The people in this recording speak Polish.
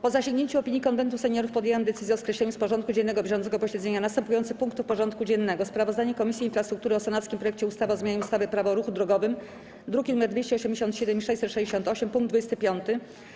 Po zasięgnięciu opinii Konwentu Seniorów podjęłam decyzję o skreśleniu z porządku dziennego bieżącego posiedzenia następujących punktów porządku dziennego: - Sprawozdanie Komisji Infrastruktury o senackim projekcie ustawy o zmianie ustawy - Prawo o ruchu drogowym (druki nr 287 i 668) - punkt 25.